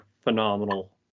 phenomenal